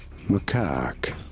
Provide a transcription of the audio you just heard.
macaque